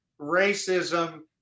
racism